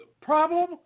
problem